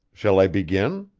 shall i begin?